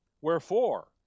Wherefore